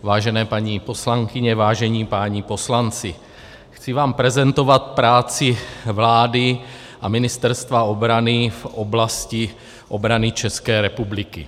Vážené paní poslankyně, vážení páni poslanci, chci vám prezentovat práci vlády a Ministerstva obrany v oblasti obrany České republiky.